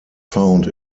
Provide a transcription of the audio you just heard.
found